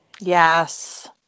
Yes